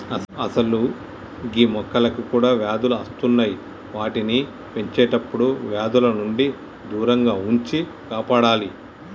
అసలు గీ మొక్కలకి కూడా వ్యాధులు అస్తున్నాయి వాటిని పెంచేటప్పుడు వ్యాధుల నుండి దూరంగా ఉంచి కాపాడాలి